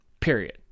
period